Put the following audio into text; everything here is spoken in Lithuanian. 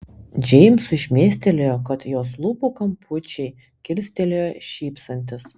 džeimsui šmėstelėjo kad jos lūpų kampučiai kilstelėjo šypsantis